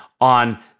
on